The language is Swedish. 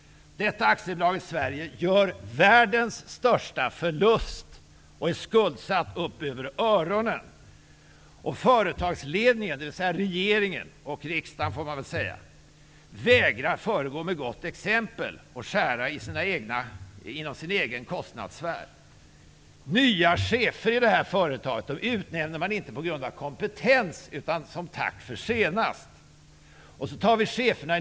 Detta AB Sverige gör världens största förlust och är skuldsatt upp över öronen. Företagsledningen, dvs. regeringen -- och riksdagen, får man väl säga -- vägrar att föregå med gott exempel och skära inom sin egen kostnadssfär. Nya chefer i företaget utnämns inte på grund av kompetens utan som tack för senast.